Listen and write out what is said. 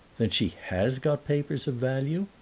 then she has got papers of value?